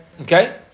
Okay